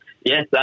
Yes